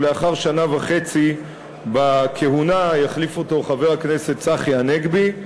ולאחר שנה וחצי בכהונה יחליף אותו חבר הכנסת צחי הנגבי,